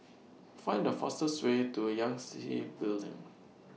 Find The fastest Way to Yangtze Building